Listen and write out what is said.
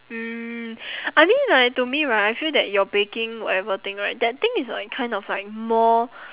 mm I mean right to me right I feel that your baking whatever thing right that thing is like kind of like more